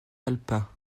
alpin